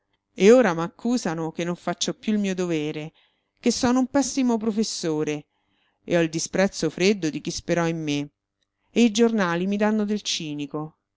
e ora m'accusano che non faccio più il mio dovere che sono un pessimo professore e ho il disprezzo freddo di chi sperò in me e i giornali mi danno del cinico